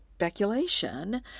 Speculation